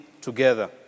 together